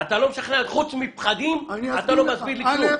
חוץ מפחדים אתה לא מסביר לי כלום.